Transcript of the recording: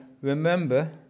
remember